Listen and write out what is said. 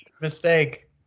Mistake